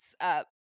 up